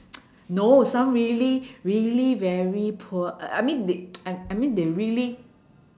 no some really really very poor uh I mean they I I mean they really